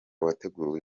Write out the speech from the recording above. wateguye